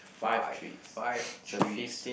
five five threes